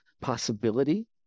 possibility